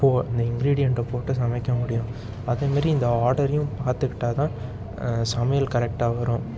போ இந்த இன்கிரிடியன்டை போட்டு சமைக்க முடியும் அதே மாதிரி இந்த ஆர்டரையும் பார்த்துக்கிட்டா தான் சமையல் கரெக்டாக வரும்